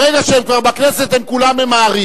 ברגע שהם כבר בכנסת, הם כולם ממהרים.